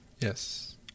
Yes